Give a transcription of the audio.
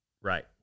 Right